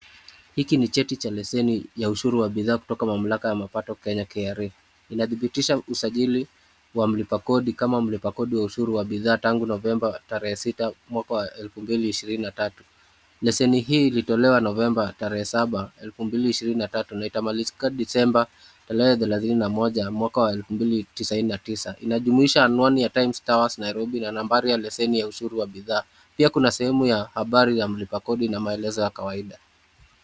Hiki ni cheti cha leseni ya ushuru wa bidhaa kutoka mamlaka ya mapato Kenya KRA . Inadhibitisha usajili wa mlipa kodi kama mlipa kodi wa ushuru wa bidhaa tangu Novemba tarehe sita, mwaka wa elfu mbili ishirini na tatu. Leseni hii ilitolewa Novemba tarehe saba, elfu mbili ishirini na tatu na itamalizika Desemba tarehe thelathini na moja, mwaka wa elfu mbili tisini na tisa. Inajumuisha anwani ya Times Towers , Nairobi na nambari ya leseni ya ushuru wa bidhaa. Pia kuna sehemu ya habari ya mlipa kodi na maelezo ya kawaida.